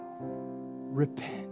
repent